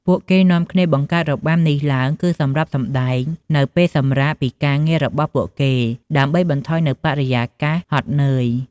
ពួកគេនាំគ្នាបង្កើតរបាំនេះឡើងគឺសម្រាប់សម្ដែងនៅពេលសម្រាកពីការងាររបស់ពួកគេ ដើម្បីបន្ថយនៅបរិយាកាសហត់នឿយ។